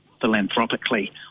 philanthropically